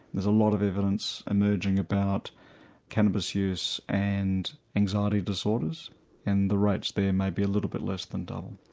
there's a lot of evidence emerging about cannabis use and anxiety disorders and the rates there may be a little bit less than double.